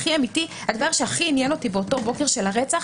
הדבר שהכי עניין באותו בוקר של הרצח